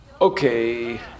Okay